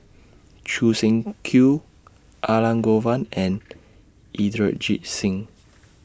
Choo Seng Quee Elangovan and Inderjit Singh